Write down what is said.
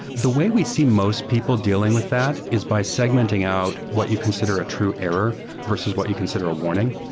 the way we see most people dealing with that is by segmenting out what you consider a true error versus what you consider a warning.